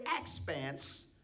expanse